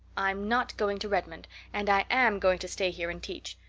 i'm not going to redmond and i am going to stay here and teach.